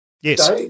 Yes